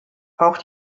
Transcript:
auch